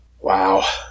Wow